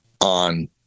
on